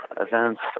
events